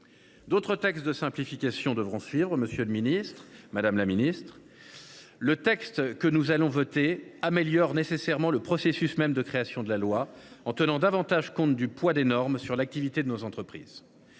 D’autres textes de simplification devront suivre. Le texte que nous allons voter améliore nécessairement le processus même de création de la loi, en tenant davantage compte du poids des normes sur l’activité de nos entreprises.